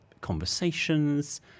conversations